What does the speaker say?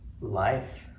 life